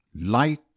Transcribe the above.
Light